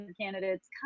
candidates